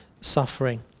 suffering